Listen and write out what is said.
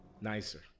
nicer